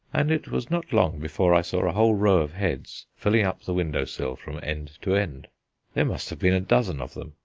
and it was not long before i saw a whole row of heads filling up the window-sill from end to end. there must have been a dozen of them.